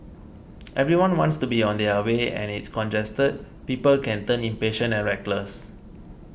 everyone wants to be on their way and it's congested people can turn impatient and reckless